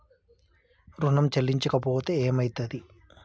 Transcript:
ఋణం చెల్లించకపోతే ఏమయితది?